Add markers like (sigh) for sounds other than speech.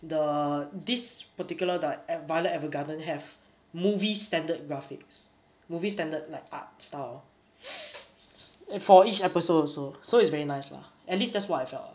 the this particular di~ violet evergarden have movie standard graphics movie standard like art style (noise) for each episode also so it's very nice lah at least that's what I felt lah